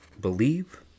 Believe